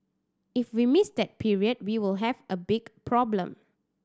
if we miss that period we will have a big problem